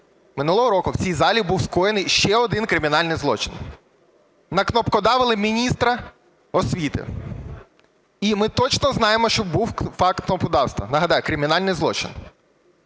минулого року в цій залі був скоєний ще один кримінальний злочин – "накнопкодавили" міністра освіти. І ми точно знаємо, що був факт кнопкодавства, нагадаю, – кримінальний злочин.